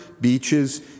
beaches